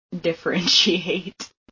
differentiate